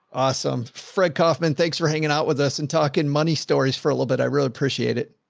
awesome. fred kaufman, thanks for hanging out with us and talking money stories for a little bit. i really appreciate it.